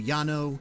Yano